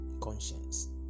conscience